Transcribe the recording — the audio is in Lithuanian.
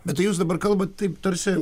bet tai jūs dabar kalbat taip tarsi